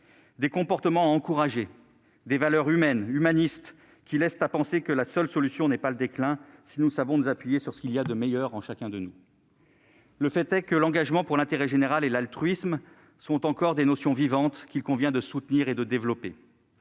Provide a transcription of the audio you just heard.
des comportements à encourager, des valeurs humaines et humanistes, qui laissent à penser que la seule solution n'est pas le déclin si nous savons nous appuyer sur ce qu'il y a de meilleur en chacun de nous. Le fait est que l'engagement pour l'intérêt général et l'altruisme sont encore des notions vivantes, qu'il convient de soutenir et de développer.